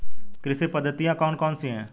कृषि पद्धतियाँ कौन कौन सी हैं?